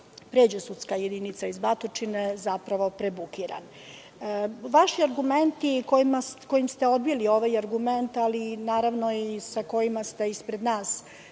pređe sudska jedinica iz Batočine, zapravo prebukiran. Vaši argumenti kojima ste odbili ovaj argument, naravno sa kojima ste i ispred nas